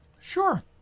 Sure